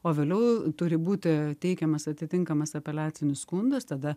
o vėliau turi būti teikiamas atitinkamas apeliacinius skundus tada